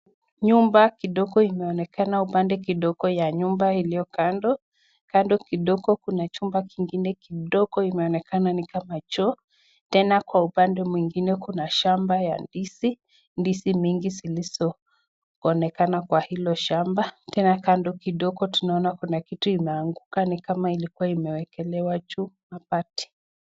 Nyumba kidogo imeonekana upande kidogo ya nyumba iliyo kando. Kando kidogo kuna chumba kingine kidogo imeonekana ni kama choo. Tena kwa upande mwingine kuna shamba ya ndizi. Ndizi mingi zilizoonekana kwa hilo shamba. Tena kando kidogo tunaona kuna kitu imeanguka ni kama ilikuwa imewekelewa juu mabati.